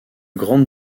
grandes